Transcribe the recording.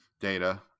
Data